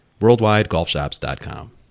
WorldwideGolfShops.com